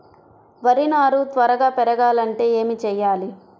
వరి నారు త్వరగా పెరగాలంటే ఏమి చెయ్యాలి?